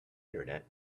internet